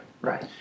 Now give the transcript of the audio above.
Right